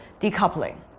decoupling